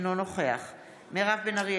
אינו נוכח מירב בן ארי,